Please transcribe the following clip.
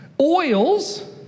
Oils